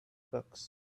books